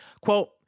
Quote